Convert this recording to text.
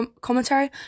commentary